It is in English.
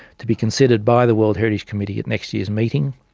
to be considered by the world heritage committee at next year's meeting,